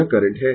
यह करंट है